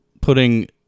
putting